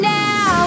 now